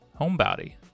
Homebody